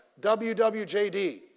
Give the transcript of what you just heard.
WWJD